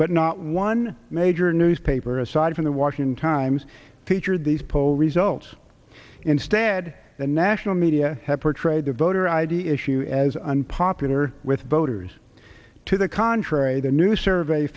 but not one major newspaper aside from the washington times featured these poll results instead the national media has portrayed the voter id issue as unpopular with voters to the contrary the new survey